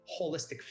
holistic